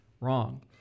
Wrong